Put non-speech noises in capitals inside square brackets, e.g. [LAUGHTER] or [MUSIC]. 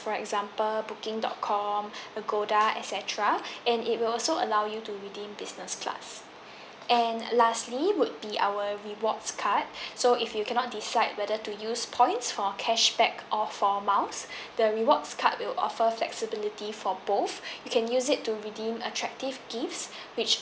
for example booking dot com agoda et cetera and it will so allow you to redeem business class [BREATH] and lastly would be our rewards card [BREATH] so if you cannot decide whether to use points or cashback or for miles [BREATH] the rewards card will offer flexibility for both you can use it to redeem attractive gifts which